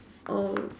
err